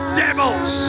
devils